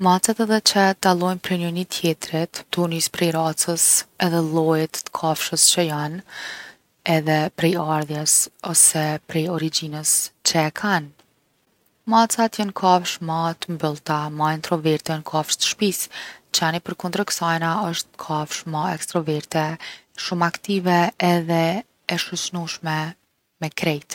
Macat edhe qet dallojnë prej njoni tjetrit tu u nis prej racës edhe lloji t’kafshës që jon edhe prejardhjes ose origjinës që e kan. Macat jon kafshë ma t’mbyllta, ma introverte, jon kafsh’ t’shpis. Qeni përkundër ksajna osht kafsh’ ma ekstroverte, shum’ aktive edhe e shoqnushme me krejt.